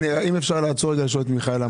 אם אפשר לעצור, לשאול את מיכאל למה הוא צוחק.